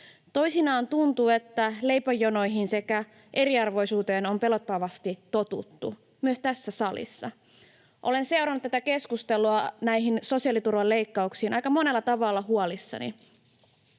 Toisinaan tuntuu, että leipäjonoihin sekä eriarvoisuuteen on pelottavasti totuttu, myös tässä salissa. Olen seurannut tätä keskustelua näistä sosiaaliturvan leikkauksista aika monella tavalla huolissani.